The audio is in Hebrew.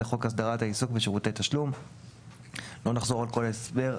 לחוק הסדרת העיסוק בשירותי תשלום."; לא נחזור על כל ההסבר.